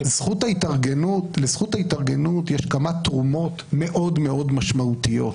לזכות ההתארגנות יש כמובן תרומות מאוד-מאוד משמעותיות,